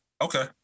Okay